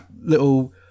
little